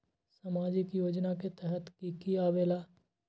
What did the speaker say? समाजिक योजना के तहद कि की आवे ला?